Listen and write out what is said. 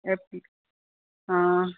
ए P आं